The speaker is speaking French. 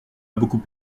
beaucoup